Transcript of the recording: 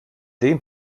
dem